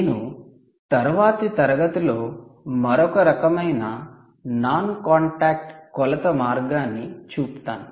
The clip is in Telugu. నేను తరువాతి తరగతిలో మరొక రకమైన నాన్ కాంటాక్ట్ కొలత మార్గాన్ని చూపుతాను